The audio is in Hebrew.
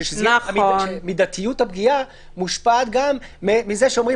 מידתיות הפגיעה מושפעת גם מזה שאומרים